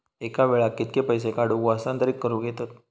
एका वेळाक कित्के पैसे काढूक व हस्तांतरित करूक येतत?